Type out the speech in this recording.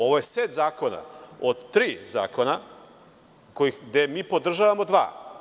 Ovo je set zakona od tri zakona, gde mi podržavamo dva.